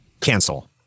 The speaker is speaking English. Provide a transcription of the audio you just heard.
Cancel